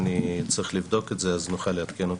אני צריך לבדוק את זה, אז נוכל לעדכן אותך.